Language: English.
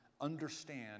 understand